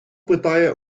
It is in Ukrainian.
питає